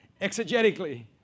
exegetically